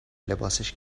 لباسش